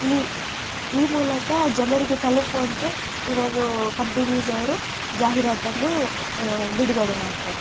ಈ ಈ ಮೂಲಕ ಜನರಿಗೆ ತಲುಪುವಂತೆ ಇವರೂ ಕಂಪೆನೀಸ್ ಅವರು ಜಾಹಿರಾತನ್ನು ಬಿಡುಗಡೆ ಮಾಡ್ತಾರೆ